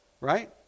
right